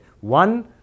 one